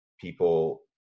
People